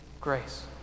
grace